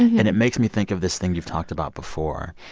and it makes me think of this thing you've talked about before,